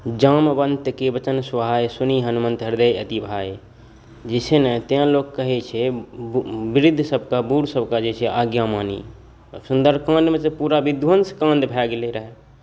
जामवन्तके वचन सुहाए सुनि हनुमन्त हृदय अति भाए जे छै ने तेँ लोक कहैत छै वृद्ध सभके बूढ़ सभके आज्ञा मानी सुन्दर काण्डमे तऽ पूरा विध्वन्स काण्ड भए गेलै रहए